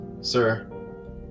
sir